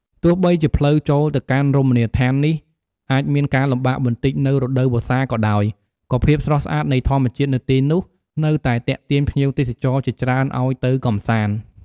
ទោះបីជាផ្លូវចូលទៅកាន់រមណីយដ្ឋាននេះអាចមានការលំបាកបន្តិចនៅរដូវវស្សាក៏ដោយ ក៏ភាពស្រស់ស្អាតនៃធម្មជាតិនៅទីនោះនៅតែទាក់ទាញភ្ញៀវទេសចរជាច្រើនឱ្យទៅកម្សាន្ត។